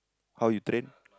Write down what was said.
how you train